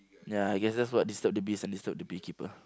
ya I guess that's what disturb the bees and disturb the beekeeper